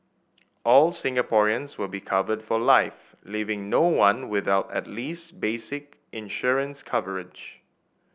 all Singaporeans will be covered for life leaving no one without at least basic insurance coverage